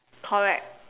correct